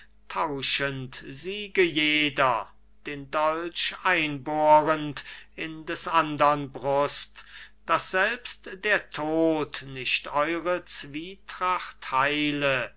tauschend siege jeder den dolch einbohrend nicht des andern brust daß selbst der tod nicht eure zwietracht heile